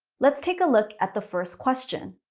let's take a look at the first question.